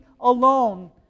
alone